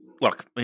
look